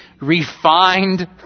refined